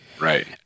Right